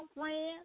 friends